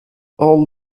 all